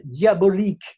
diabolique